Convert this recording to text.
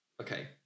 okay